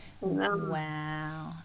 Wow